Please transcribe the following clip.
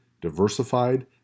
diversified